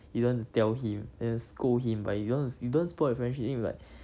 you want to tell him and then scold him but you don't you don't want to spoil the friendship and you'll be like